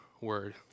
word